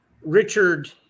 Richard